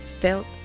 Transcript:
felt